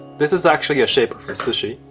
this is actually a shaper for sushi,